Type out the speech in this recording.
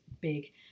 big